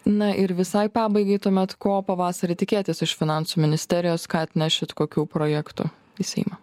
na ir visai pabaigai tuomet ko pavasarį tikėtis iš finansų ministerijos skatina šit kokių projektų į seimą